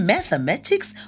Mathematics